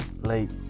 Late